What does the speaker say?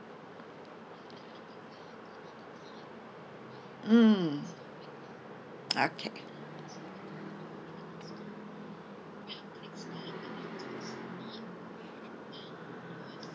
mm okay